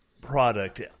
product